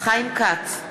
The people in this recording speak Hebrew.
חיים כץ,